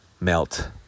melt